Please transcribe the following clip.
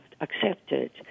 accepted